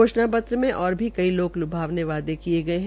घोषणा पत्र में ओर भी कई लोक ल्भावने वादे किये गये है